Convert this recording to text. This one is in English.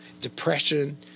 depression